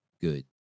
good